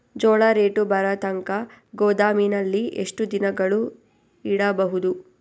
ಜೋಳ ರೇಟು ಬರತಂಕ ಗೋದಾಮಿನಲ್ಲಿ ಎಷ್ಟು ದಿನಗಳು ಯಿಡಬಹುದು?